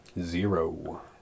Zero